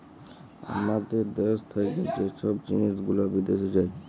আমাদের দ্যাশ থ্যাকে যে ছব জিলিস গুলা বিদ্যাশে যায়